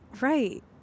Right